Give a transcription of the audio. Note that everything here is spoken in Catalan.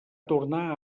tornar